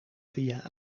via